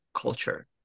culture